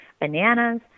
bananas